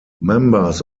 members